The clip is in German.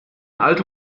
alte